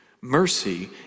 Mercy